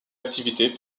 activités